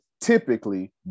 typically